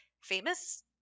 famous